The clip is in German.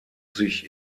sich